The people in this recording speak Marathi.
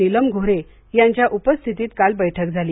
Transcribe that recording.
नीलम गोऱ्हे यांच्या उपस्थितीत काल बैठक झाली